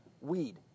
Weed